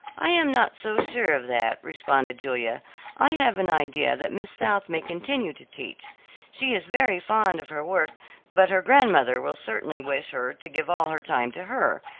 i am not so sure of that, responded julia i have an idea that miss south may continue to teach she is very fond of her work but her grandmother will certainly wish her to give all her time to her,